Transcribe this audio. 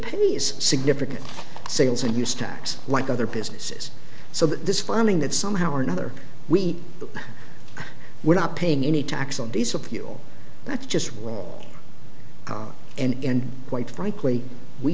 pennies significant sales and use tax like other businesses so that this funding that somehow or another we were not paying any tax on diesel fuel that's just roll out and quite frankly we